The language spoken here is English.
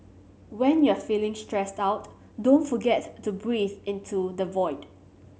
when you are feeling stressed out don't forget to breathe into the void